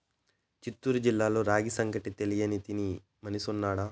చిత్తూరు జిల్లాలో రాగి సంగటి తెలియని తినని మనిషి ఉన్నాడా